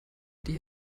die